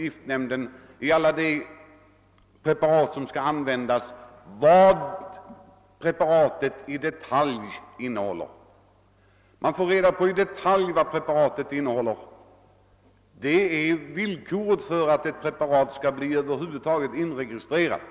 Giftnämnden får i detalj veta vad preparaten innehåller; det är ett villkor för att ett preparat över huvud taget skall bli inregistrerat.